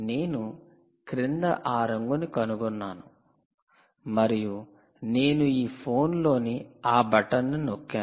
నేను క్రింద ఆ రంగును కనుగొన్నాను మరియు నేను ఈ ఫోన్లోని ఆ బటన్ను నొక్కాను